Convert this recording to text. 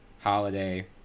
Holiday